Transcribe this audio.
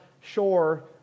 shore